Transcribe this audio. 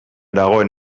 dagoen